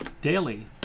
daily